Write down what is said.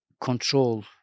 control